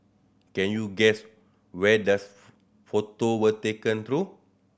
can you guess where these photo were taken though